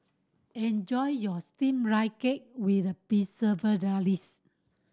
enjoy your Steamed Rice Cake with Preserved Radish